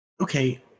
Okay